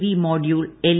V module L